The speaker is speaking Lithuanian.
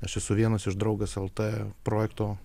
aš esu vienas iš draugas lt projekto